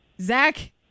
Zach